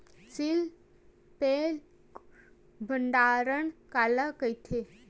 Seal pack भंडारण काला कइथे?